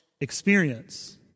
experience